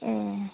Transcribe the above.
ए